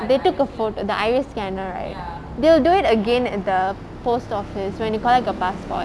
they took a pho~ the iris scanner right they'll do it again at the post office when you collect your passport